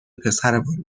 پسرمان